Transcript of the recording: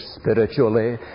spiritually